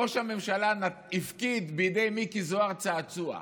ראש הממשלה הפקיד בידי מיקי זוהר צעצוע.